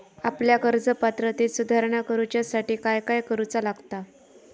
आपल्या कर्ज पात्रतेत सुधारणा करुच्यासाठी काय काय करूचा लागता?